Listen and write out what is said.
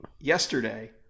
yesterday